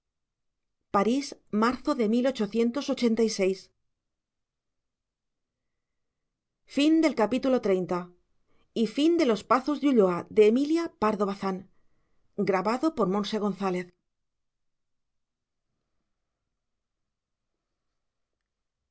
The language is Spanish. de cervantes los pazos de ulloa emilia pardo bazán